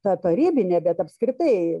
ta tarybinė bet apskritai